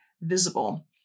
visible